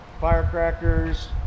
firecrackers